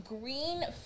green